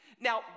Now